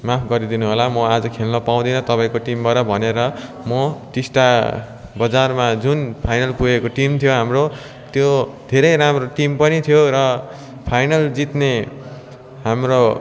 माफ गरिदिनुहोला म आज खेल्न पाउँदिनँ तपाईँको टिमबाट भनेर म टिस्टा बजारमा जुन फाइनल पुगेको टिम थियो हाम्रो त्यो धेरै राम्रो टिम पनि थियो र फाइनल जित्ने हाम्रो